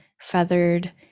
feathered